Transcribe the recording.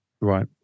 Right